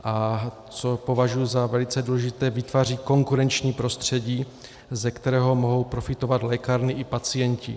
A co považuji za velice důležité, vytváří konkurenční prostředí, ze kterého mohou profitovat lékárny i pacienti.